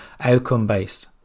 outcome-based